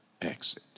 exit